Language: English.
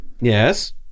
Yes